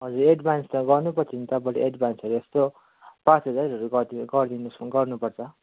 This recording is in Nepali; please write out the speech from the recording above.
हजुर एडभान्स् त गर्नुपर्छ नि तपाईँले एकभान्सहरू यस्तो पाँच हजारहरू गर्दि गरिदिनुहोस् गर्नुपर्छ